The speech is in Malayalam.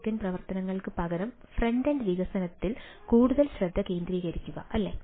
ബാക്ക് എൻഡ് പ്രവർത്തനങ്ങൾക്ക് പകരം ഫ്രണ്ട് എൻഡ് വികസനത്തിൽ കൂടുതൽ ശ്രദ്ധ കേന്ദ്രീകരിക്കുക അല്ലേ